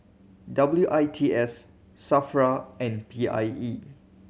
W I T S SAFRA and P I E